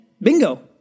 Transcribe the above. bingo